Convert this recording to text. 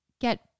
get